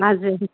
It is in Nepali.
हजुर